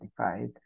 identified